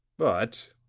but,